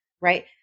right